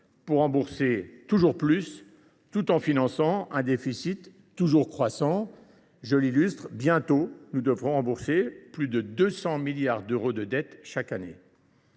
pour rembourser toujours plus, tout en finançant un déficit toujours croissant. Bientôt, nous devrons rembourser plus de 200 milliards d’euros de dette chaque année.